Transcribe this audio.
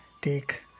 take